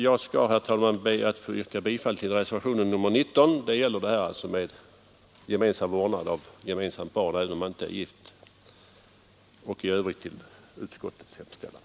Jag ber att få yrka bifall till reservationen 19, som gäller möjlighet för ogifta föräldrar att utöva vårdnaden av barn gemensamt, och i övrigt bifall till utskottets hemställan.